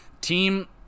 team